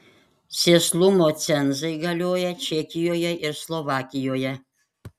sėslumo cenzai galioja čekijoje ir slovakijoje